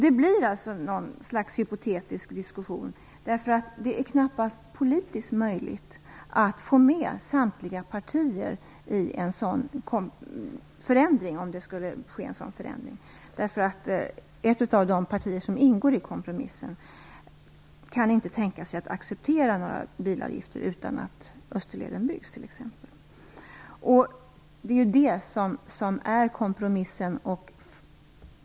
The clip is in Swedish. Det blir alltså ett slags hypotetisk diskussion, därför att det knappast är politiskt möjligt att få med samtliga partier på en sådan förändring, om det skulle ske en sådan, eftersom man i ett av de partier som ingår i kompromissen inte kan tänka sig att acceptera några bilavgifter om inte Österleden byggs t.ex. Det är ju det som är kompromissen.